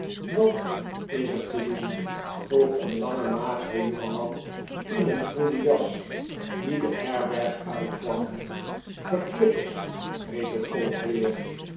wat is er te doen vroeg een lange magere jongeman in een groene jas die de herberg uitkwam verklikkers riep het volk weer